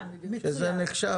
שזה נחשב.